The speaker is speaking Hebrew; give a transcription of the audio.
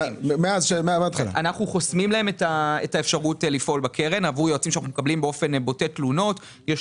אנחנו חוסמים יועצים שאנחנו מקבלים עליהם תלונות מלפעול בקרן,